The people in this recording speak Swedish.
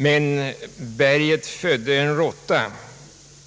Men berget födde en råtta,